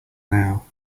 now